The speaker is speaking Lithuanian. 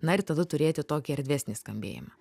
na ir tada turėti tokį erdvesnį skambėjimą